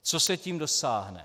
Čeho se tím dosáhne?